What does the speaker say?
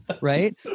right